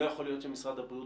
לא השארתם לנו שום ברירה,